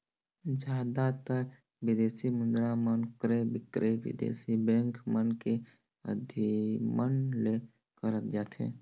जादातर बिदेसी मुद्रा मन क्रय बिक्रय बिदेसी बेंक मन के अधिमन ले करत जाथे